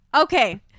Okay